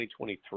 2023